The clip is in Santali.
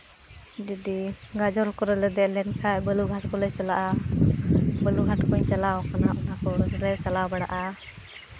ᱡᱚᱫᱤ ᱜᱟᱡᱚᱞ ᱠᱚᱨᱮ ᱞᱮ ᱫᱮᱡ ᱞᱮᱱᱠᱷᱟᱱ ᱵᱟᱹᱞᱩᱨᱜᱷᱟᱴ ᱠᱚᱞᱮ ᱪᱟᱞᱟᱜᱼᱟ ᱵᱟᱹᱞᱩᱨᱜᱷᱟᱴ ᱠᱚᱧ ᱪᱟᱞᱟᱣ ᱵᱟᱲᱟ ᱠᱟᱱᱟ ᱚᱱᱟ ᱠᱚᱨᱮ ᱪᱟᱞᱟᱣ ᱵᱟᱲᱟᱜᱼᱟ